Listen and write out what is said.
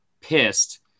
pissed